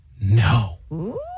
no